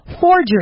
forgery